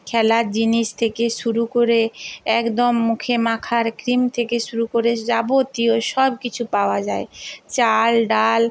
খেলার জিনিস থেকে শুরু করে একদম মুখে মাখার ক্রিম থেকে শুরু করে যাবতীয় সব কিছু পাওয়া যায় চাল ডাল